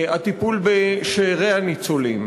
הטיפול בשארי הניצולים,